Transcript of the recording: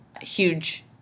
huge